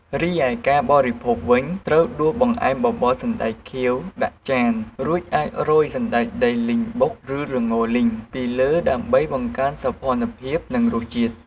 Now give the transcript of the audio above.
រិឯ ការបរិភោគវិញ ត្រូវដួសបង្អែមបបរសណ្ដែកខៀវដាក់ចាន រួចអាចរោយ សណ្ដែកដីលីងបុក ឬ ល្ងរលីង ពីលើដើម្បីបង្កើនសោភ័ណភាព និងរសជាតិ។